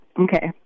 okay